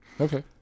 Okay